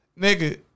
Nigga